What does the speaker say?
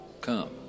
come